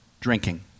drinking